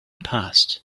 past